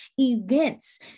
events